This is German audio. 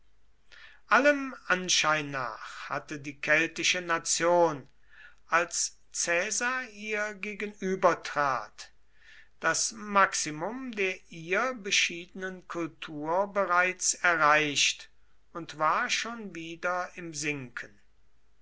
allem anschein nach hatte die keltische nation als caesar ihr gegenübertrat das maximum der ihr beschiedenen kultur bereits erreicht und war schon wieder im sinken